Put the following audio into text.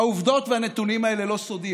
העובדות והנתונים האלה לא סודיים.